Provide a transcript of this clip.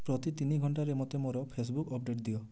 ପ୍ରତି ତିନି ଘଣ୍ଟାରେ ମୋତେ ମୋର ଫେସବୁକ୍ ଅପଡ଼େଟ୍ ଦିଅ